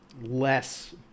less